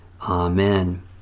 Amen